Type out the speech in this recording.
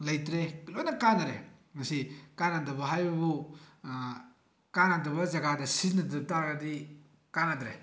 ꯂꯩꯇ꯭ꯔꯦ ꯂꯣꯏꯅ ꯀꯥꯟꯅꯔꯦ ꯃꯁꯤ ꯀꯥꯟꯅꯗꯕ ꯍꯥꯏꯕꯕꯨ ꯀꯥꯟꯅꯗꯕ ꯖꯒꯥꯗ ꯁꯤꯖꯤꯟꯅꯗ ꯇꯥꯔꯗꯤ ꯀꯥꯟꯅꯗ꯭ꯔꯦ